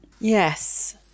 Yes